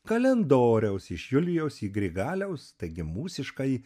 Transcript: kalendoriaus iš julijaus į grigaliaus taigi mūsiškąjį